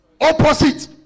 Opposite